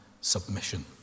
submission